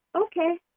Okay